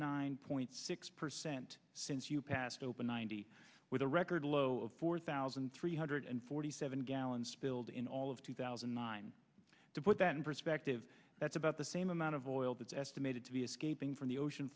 nine point six percent since you passed over ninety with a record low of four thousand three hundred forty seven gallons spilled in all of two thousand and nine to put that in perspective that's about the same amount of oil that's estimated to be escaping from the ocean